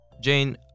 Jane